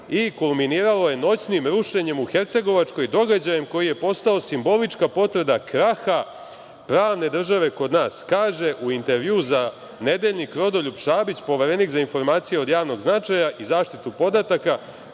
i kulminiralo je noćnim rušenjem u Hercegovačkoj događajem koji je postao simbolička potvrda kraha pravne države kod nas, kaže u intervjuu za „Nedeljnik“ Rodoljub Šabić, Poverenik za informacije od javnog značaja i zaštitu podataka,